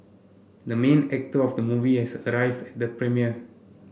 the main actor of the movie has arrived at the premiere